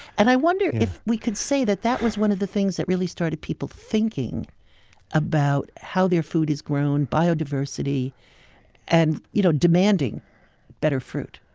and i wonder if we could say that that was one of the things that really started people people thinking about how their food is grown, biodiversity and you know demanding better fruit?